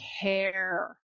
care